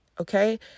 okay